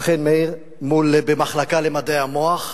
אכן, מאיר, במחלקה למדעי המוח,